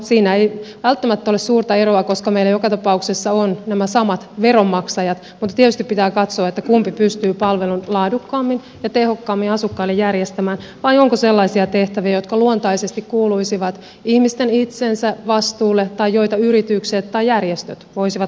siinä ei välttämättä ole suurta eroa koska meillä joka tapauksessa ovat nämä samat veronmaksajat mutta tietysti pitää katsoa kumpi pystyy palvelun laadukkaammin ja tehokkaammin asukkaille järjestämään vai onko sellaisia tehtäviä jotka luontaisesti kuuluisivat ihmisten itsensä vastuulle tai joita yritykset tai järjestöt voisivat luontevasti hoitaa